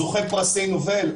זוכי פרסי נובל,